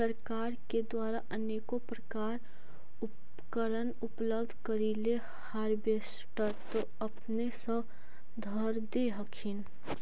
सरकार के द्वारा अनेको प्रकार उपकरण उपलब्ध करिले हारबेसटर तो अपने सब धरदे हखिन?